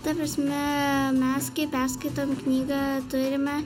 ta prasme mes kai perskaitom knygą turime